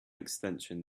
extension